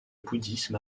bouddhisme